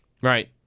Right